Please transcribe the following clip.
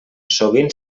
sovint